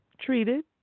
treated